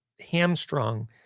hamstrung